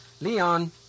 Leon